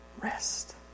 rest